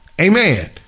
Amen